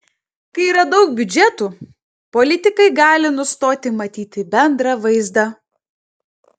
kai yra daug biudžetų politikai gali nustoti matyti bendrą vaizdą